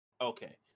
okay